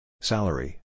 Salary